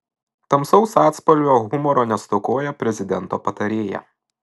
tamsaus atspalvio humoro nestokoja prezidento patarėja